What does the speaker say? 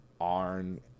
Arn